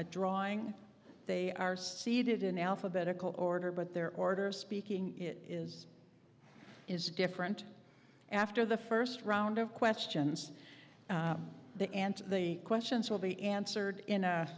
a drawing they are seated in alphabetical order but their orders speaking it is is different after the first round of questions that answer the questions will be answered in